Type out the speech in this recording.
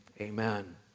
Amen